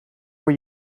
voor